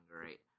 great